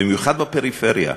במיוחד בפריפריה,